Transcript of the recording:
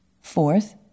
Fourth